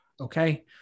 Okay